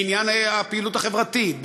בעניין הפעילות החברתית,